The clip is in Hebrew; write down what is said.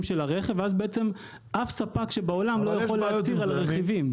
של הרכב ואז בעצם אף ספק שבעולם לא יכול להצהיר על רכיבים.